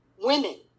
Women